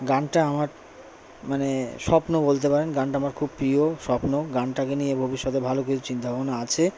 গানটা আমার মানে স্বপ্ন বলতে পারেন গানটা আমার খুব পিয় স্বপ্ন গানটাকে নিয়ে ভবিষ্যতে ভালো কিছু চিন্তা ভাবনা আছে